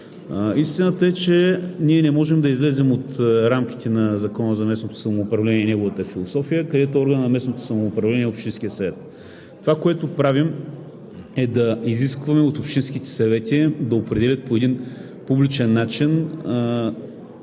Истината е, че ние не можем да излезем от рамките на Закона за местното самоуправление и неговата философия, където органът на местното самоуправление е общинският съвет. Това, което правим, е да изискваме от общинските съвети да определят по един публичен начин,